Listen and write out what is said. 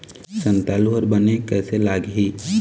संतालु हर बने कैसे लागिही?